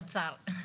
והאוצר.